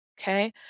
Okay